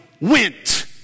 went